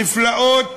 נפלאות